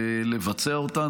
ולבצע אותן.